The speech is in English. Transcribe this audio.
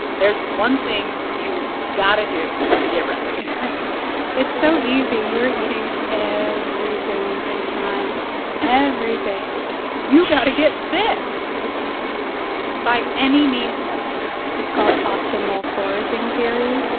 there's one thing you've got to do to get ready it's so easy. you're eating everything you can find everything you've got to get thicc with two c's by any means necessary it's called optimal foraging theory.